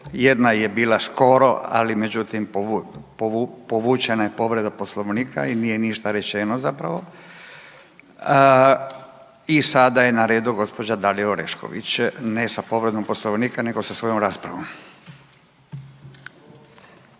jedna je bila Škoro, ali međutim povučena je povreda Poslovnika i nije ništa rečeno zapravo. I sada je na redu gospođa Dalija Orešković, ne sa povredom Poslovnika nego sa svojom raspravom.